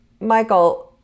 Michael